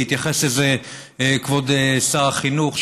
והתייחס לזה כבוד שר החינוך,